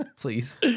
Please